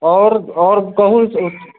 आओर कहू